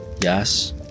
Yes